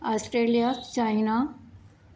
Australia China